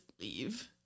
leave